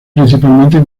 principalmente